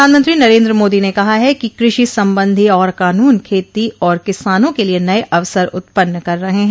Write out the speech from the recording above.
प्रधानमंत्री नरेन्द्र मोदी ने कहा है कि कृषि संबंधी और कानून खेती और किसानों के लिए नये अवसर उत्पन्न कर रहे हैं